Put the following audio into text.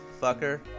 fucker